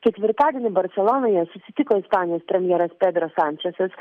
ketvirtadienį barselonoje susitiko ispanijos premjeras pedras sančesas